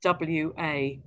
WA